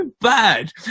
bad